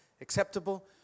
acceptable